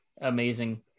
amazing